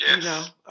Yes